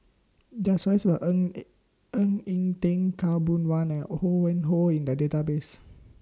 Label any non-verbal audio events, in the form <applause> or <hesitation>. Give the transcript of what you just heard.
There Are stories about Ng <hesitation> Ng Eng Teng Khaw Boon Wan and Ho Yuen Hoe in The Database